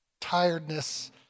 tiredness